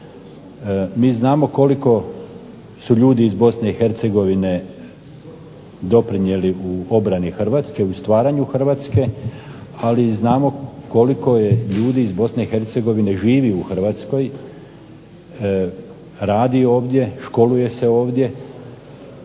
Mi znamo koliko su ljudi iz Bosne i Hercegovine doprinijeli u obrani Hrvatske, u stvaranju Hrvatske, ali znamo i koliko ljudi iz Bosne i Hercegovine živi u Hrvatskoj, radi ovdje, školuje se ovdje,